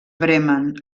bremen